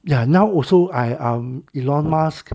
ya now also I um elon musk